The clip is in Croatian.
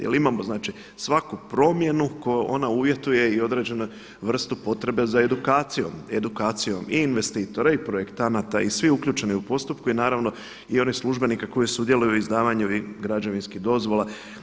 Jel imamo svaku promjenu koja ona uvjete i određenu vrstu potrebe za edukacijom, edukacijom i investitora i projektanata i svih uključenih u postupku i naravno i onih službenika koji sudjeluju u izdavanju građevinskih dozvola.